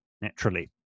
naturally